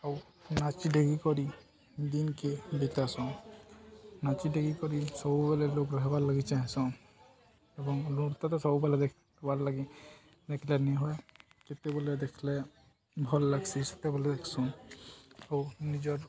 ଆଉ ନାଚ ଡେଗିକରି ଦିନକେ ବିତାସନ୍ ନାଚି ଡେଗି କରି ସବୁବେଲେ ଲୋକ୍ ରହବାର୍ ଲାଗି ଚାହେଁସନ୍ ଏବଂ ନୃତ୍ୟଟା ସବୁବେଲେ ଦେଖବାର୍ ଲାଗି ଦେଖିଲ ନାଇଁ ହଏ ଯେତେବେଲେ ଦେଖିଲେ ଭଲ୍ ଲାଗ୍ସି ସେତେବେଲେ ଦେଖ୍ସୁଁ ଆଉ ନିଜର